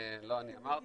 לא אני אמרתי.